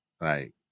right